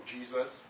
Jesus